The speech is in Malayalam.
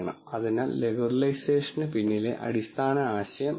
അതിനാൽ റെഗുലറൈസേഷന് പിന്നിലെ അടിസ്ഥാന ആശയം അതാണ്